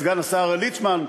סגן השר ליצמן,